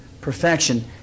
perfection